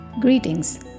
greetings